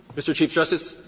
mr. chief justice,